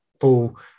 full